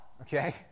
okay